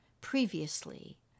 previously